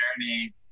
journey